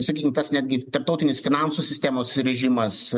sakykim tas netgi tarptautinis finansų sistemos režimas